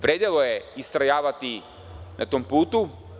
Vredelo je istrajavati na tom putu.